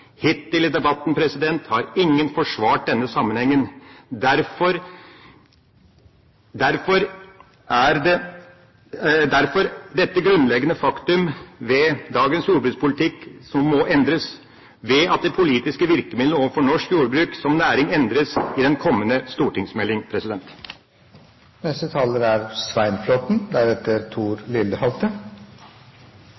Hittil i debatten har ingen forsvart denne sammenhengen. Derfor nevnes dette grunnleggende faktum ved dagens jordbrukspolitikk, som må endres, ved at de politiske virkemidlene overfor norsk jordbruk som næring endres i den kommende stortingsmelding.